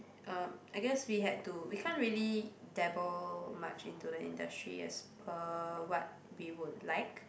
uh I guess we had to we can't really dabble much into the industry as per what we would like